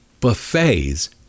buffets